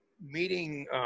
meeting-